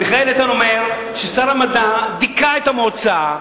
מיכאל איתן אומר ששר המדע דיכא את המועצה,